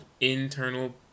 internal